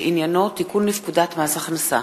שעניינו תיקון לפקודת מס הכנסה,